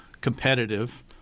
competitive